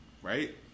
Right